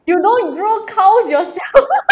you don't grow cows yourself